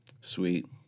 sweet